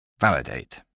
Validate